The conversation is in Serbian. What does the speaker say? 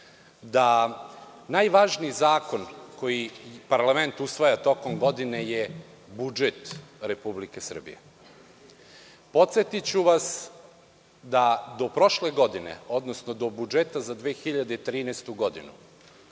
da najvažniji zakon koji parlament usvaja tokom godine je budžet Republike Srbije. Podsetiću vas da do prošle godine, odnosno do budžeta za 2013. godinu,